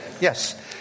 Yes